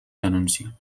denúncia